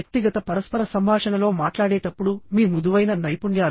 వ్యక్తిగత పరస్పర సంభాషణలో మాట్లాడేటప్పుడు మీ మృదువైన నైపుణ్యాలు